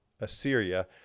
Assyria